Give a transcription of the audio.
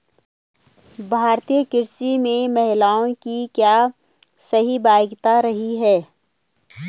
भारतीय कृषि में महिलाओं की क्या सहभागिता रही है?